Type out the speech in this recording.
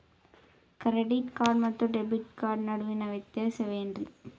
Credit card ಮತ್ತು debit card ನಡುವಿನ ವ್ಯತ್ಯಾಸ ವೇನ್ರೀ?